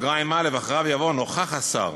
ואחריו יבוא: נוכח השר